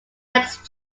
next